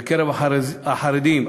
בקרב החרדים,